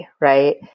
right